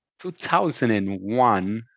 2001